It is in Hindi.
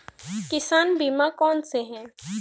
किसान बीमा कौनसे हैं?